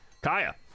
Kaya